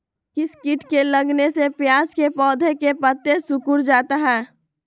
किस किट के लगने से प्याज के पौधे के पत्ते सिकुड़ जाता है?